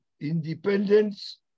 independence